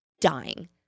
dying